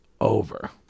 over